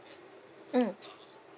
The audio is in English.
mm